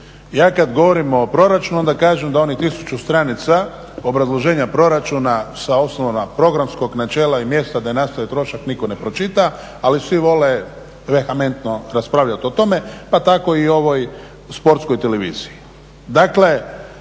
Ja kada govorim o proračunu, onda kažem da onih 1000 stranica obrazloženja proračuna sa osnovama programskog načela i mjesta da nastaje trošak nitko ne pročita, ali svi vole … raspravljati o tome pa tako i o ovoj Sportskoj televiziji.